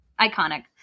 Iconic